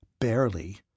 Barely